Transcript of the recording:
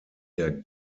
der